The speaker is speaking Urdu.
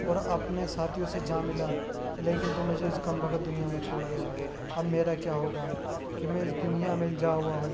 اور اپنے ساتھیوں سے جا ملا لیکن تو مجھے اس کمبخت دنیا میں چھوڑ گیا اب میرا کیا ہوگا کہ میں اس دنیا میں الجھا ہوا ہوں